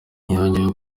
yongeyeho